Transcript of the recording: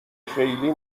خیلی